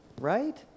Right